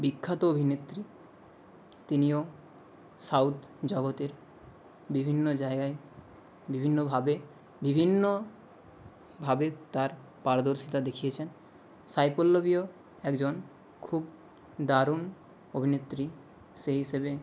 বিখ্যাত অভিনেত্রী তিনিও সাউথ জগতের বিভিন্ন জায়গায় বিভিন্নভাবে বিভিন্নভাবে তার পারদর্শিতা দেখিয়েছেন সাই পল্লবীও একজন খুব দারুণ অভিনেত্রী সেই হিসেবে